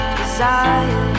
desire